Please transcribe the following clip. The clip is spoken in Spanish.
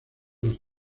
los